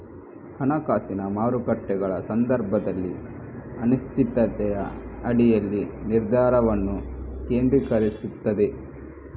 ಹಣಕಾಸಿನ ಮಾರುಕಟ್ಟೆಗಳ ಸಂದರ್ಭದಲ್ಲಿ ಅನಿಶ್ಚಿತತೆಯ ಅಡಿಯಲ್ಲಿ ನಿರ್ಧಾರವನ್ನು ಕೇಂದ್ರೀಕರಿಸುತ್ತದೆ